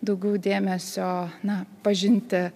daugiau dėmesio na pažinti